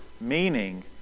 meaning